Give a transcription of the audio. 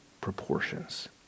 proportions